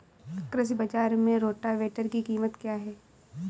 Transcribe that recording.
कृषि बाजार में रोटावेटर की कीमत क्या है?